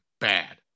bad